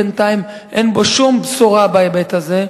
בינתיים אין בו שום בשורה בהיבט הזה,